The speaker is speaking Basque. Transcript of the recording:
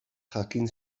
jakin